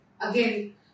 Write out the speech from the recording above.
again